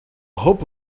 hope